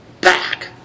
back